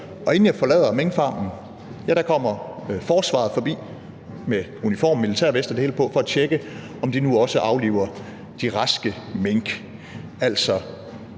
og inden jeg forlader minkfarmen, kommer der nogle fra forsvaret forbi iført uniform, militære veste og det hele for at tjekke, at de nu også afliver de raske mink. Altså,